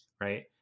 right